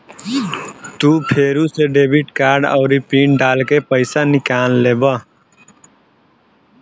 तू फेरू से डेबिट कार्ड आउरी पिन डाल के पइसा निकाल लेबे